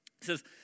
says